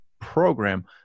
program